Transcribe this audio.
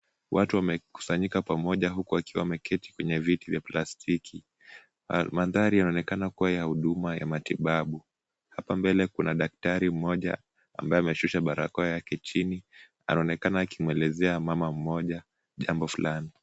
Watu wamekusanyuka pamoja huku wakiwa wameketi kwenye viti vya plastiki. Mandhari yanaonekana kuwa ya huduma ya matibabu. Hapa mbele kuna daktari mmoja ambaye ameshusha barakoa yake chini, anaonekana akimuelezea mama mmoja jambo fulani.